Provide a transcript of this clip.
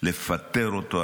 לפטר אותו.